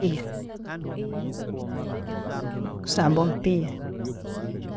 Yee, kusamba omupiira.